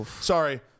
sorry